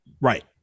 Right